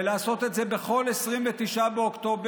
ולעשות את זה בכל 29 באוקטובר.